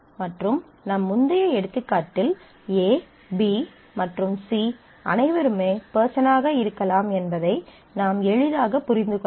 மற்றும் நம் முந்தைய எடுத்துக்காட்டில் A B மற்றும் C அனைவருமே பெர்சனாக இருக்கலாம் என்பதை நாம் எளிதாக புரிந்து கொள்ளலாம்